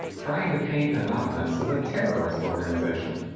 trying to paint anonymous as a terrorist organization.